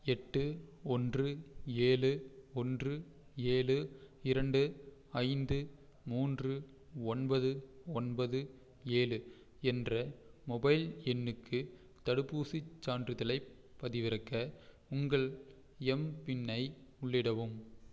எட்டு ஒன்று ஏழு ஒன்று ஏழு இரண்டு ஐந்து மூன்று ஒன்பது ஒன்பது ஏழு என்ற மொபைல் எண்ணுக்கு தடுப்பூசிச் சான்றிதழைப் பதிவிறக்க உங்கள் எம்பின்னை உள்ளிடவும்